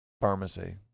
Pharmacy